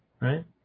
right